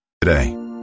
Today